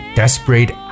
desperate